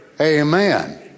Amen